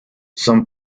son